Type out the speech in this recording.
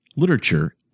Literature